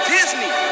Disney